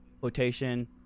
quotation